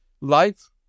life